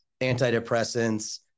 antidepressants